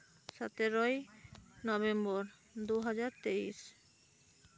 ᱥᱚᱛᱮᱨᱳᱭ November ᱫᱩ ᱦᱟᱡᱟᱨ ᱛᱮᱭᱤᱥ